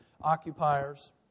occupiers